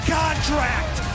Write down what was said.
contract